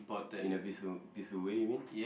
in a peaceful peaceful way you mean